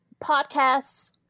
podcasts